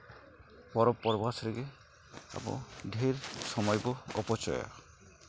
ᱯᱚᱨᱚᱵᱽ ᱯᱚᱨᱵᱷᱟᱥ ᱨᱮᱜᱮ ᱟᱵᱚ ᱰᱷᱮᱨ ᱥᱚᱢᱚᱭ ᱵᱚᱱ ᱚᱯᱚᱪᱚᱭᱟ